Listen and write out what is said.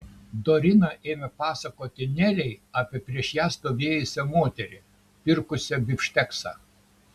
dorina ėmė pasakoti nelei apie prieš ją stovėjusią moterį pirkusią bifšteksą